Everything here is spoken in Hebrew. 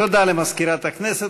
תודה למזכירת הכנסת.